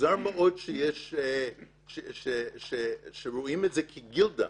מוזר מאוד שרואים את זה כגילדה.